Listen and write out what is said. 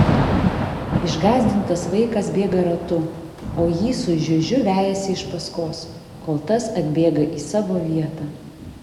išgąsdintas vaikas bėga ratu o jį su žiužiu vejasi iš paskos kol tas atbėga į savo vietą